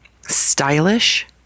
stylish